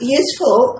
useful